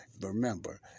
remember